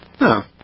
No